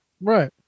Right